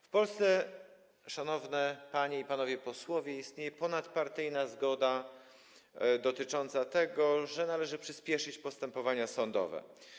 W Polsce, szanowni panie i panowie posłowie, istnieje ponadpartyjna zgoda co do tego, że należy przyspieszyć postępowania sądowe.